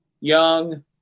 young